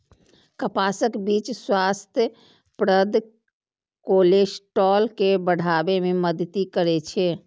कपासक बीच स्वास्थ्यप्रद कोलेस्ट्रॉल के बढ़ाबै मे मदति करै छै